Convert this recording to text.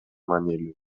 маанилүү